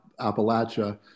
Appalachia